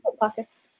pockets